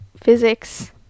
physics